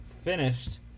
finished